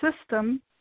system